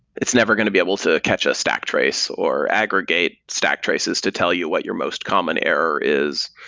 it's never going to be able to catch a stack trace or aggregate stack traces to tell you what your most common error is.